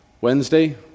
Wednesday